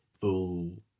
full